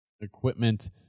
equipment